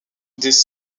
des